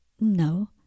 No